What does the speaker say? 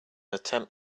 attempt